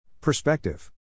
Perspective